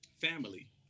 family